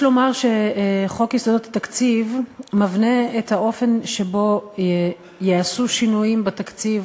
יש לומר שחוק יסודות התקציב מבנה את האופן שבו ייעשו שינויים בתקציב,